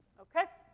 okay.